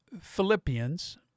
Philippians